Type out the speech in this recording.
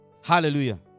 Hallelujah